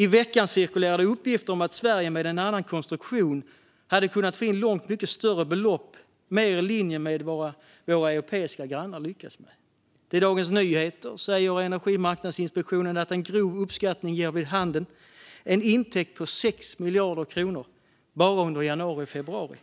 I veckan cirkulerade uppgifter om att Sverige med annan konstruktion hade kunnat få in långt mycket större belopp, mer i linje med vad våra europeiska grannländer lyckats med. Till Dagens Nyheter säger Energimarknadsinspektionen att en grov uppskattning ger vid handen en intäkt på 6 miljarder kronor bara under januari och februari.